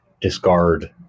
discard